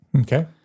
Okay